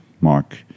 Mark